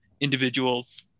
individual's